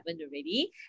already